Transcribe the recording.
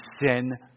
sin